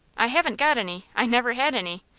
i haven't got any i never had any.